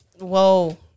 Whoa